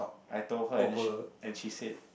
I told her and then she and she said